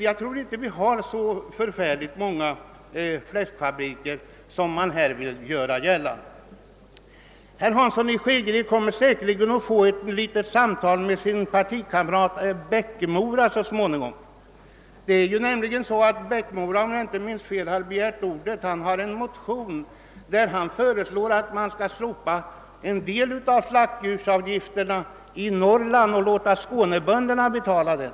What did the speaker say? Jag tror inte att vi har så många fläskfabriker som man här vill göra gällande. Herr Hansson i Skegrie kommer säkerligen att få ett litet samtal med sin partikamrat herr Eriksson i Bäckmora så småningom. Herr Eriksson i Bäckmora, som också har begärt ordet, har nämligen väckt en motion där han föreslår att man skall slopa slaktdjursavgifterna i Norrland och låta skånebönderna betala det.